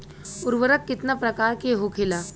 उर्वरक कितना प्रकार के होखेला?